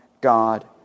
God